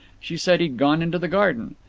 she said he'd gone into the garden.